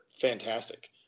fantastic